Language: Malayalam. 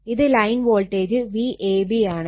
ഇത് ലൈൻ വോൾട്ടേജ് Vab ആണ്